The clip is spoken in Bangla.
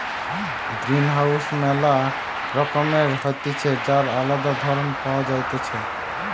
গ্রিনহাউস ম্যালা রকমের হতিছে যার আলদা ধরণ পাওয়া যাইতেছে